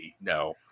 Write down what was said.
No